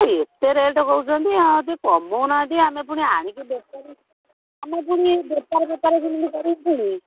ଏତେ ରେଟ୍ କହୁଛନ୍ତି ଆଉ ଟିକିଏ କମାଉ ନାହାଁନ୍ତି ଆମେ ପୁଣି ଆଣିକି ବେପାର ଆମେ ପୁଣି ବେପାର ଫେପାର କେମିତି କରିବି ପୁଣି